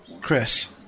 Chris